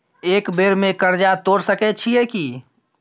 एक बेर में कर्जा तोर सके छियै की?